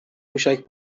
موشک